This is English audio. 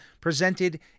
presented